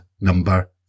number